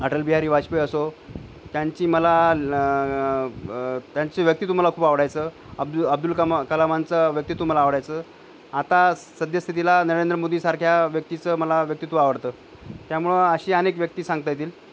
अटल बिहारी वाजपेयी असो त्यांची मला त्यांची व्यक्तित्व मला खूप आवडायचं अब्दु अब्दुल कमा कलामांचं व्यक्तित्व मला आवडायचं आता सद्यस्थितीला नरेंद्र मोदीसारख्या व्यक्तीचं मला व्यक्तित्व आवडतं त्यामुळं अशी अनेक व्यक्ती सांगता येतील